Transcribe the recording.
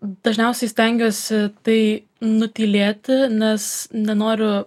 dažniausiai stengiuosi tai nutylėti nes nenoriu